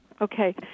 Okay